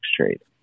trade